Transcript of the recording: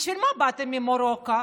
בשביל מה באתם ממרוקו?